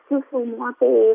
su filmuotojais